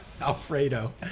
Alfredo